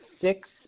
six